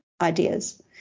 ideas